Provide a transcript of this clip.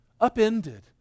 upended